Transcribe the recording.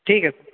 ठीक है